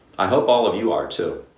i hope all of you are too.